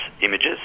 images